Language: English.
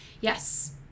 Yes